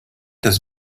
das